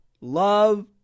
love